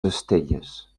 estelles